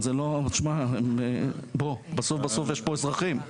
בסוף יש פה אזרחים.